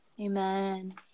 amen